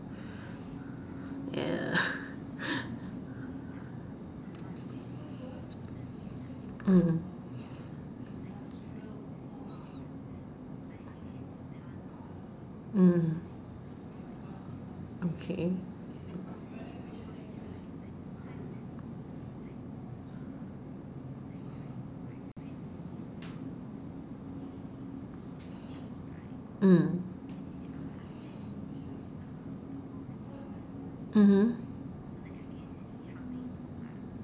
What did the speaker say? mm mm okay mm mmhmm